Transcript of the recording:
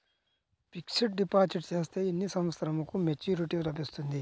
Fixed deposit చేస్తే ఎన్ని సంవత్సరంకు మెచూరిటీ లభిస్తుంది?